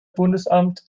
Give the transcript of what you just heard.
bundesamt